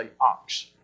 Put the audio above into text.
ox